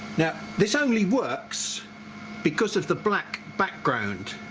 now this only works because of the black background,